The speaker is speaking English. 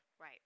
Right